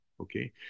Okay